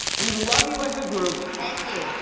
we love you as a group. thank you.